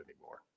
anymore